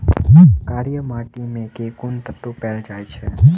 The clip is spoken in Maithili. कार्य माटि मे केँ कुन तत्व पैल जाय छै?